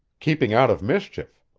keeping out of mischief.